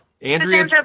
Andrea